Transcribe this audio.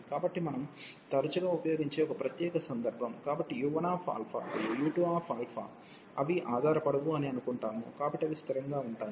కాబట్టి మనం తరచుగా ఉపయోగించే ఒక ప్రత్యేక సందర్భం కాబట్టి u1α మరియు u2α అవి ఆధారపడవు అని అనుకుంటాము కాబట్టి అవి స్థిరంగా ఉంటాయి